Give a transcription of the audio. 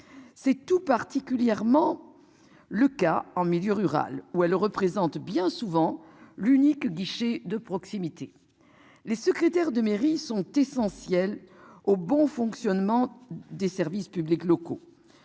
C'est tout particulièrement. Le cas en milieu rural où elle représente bien souvent l'unique guichet de proximité. Les secrétaires de mairie sont essentiels au bon fonctionnement des services publics locaux.